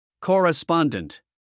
Correspondent